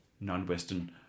non-Western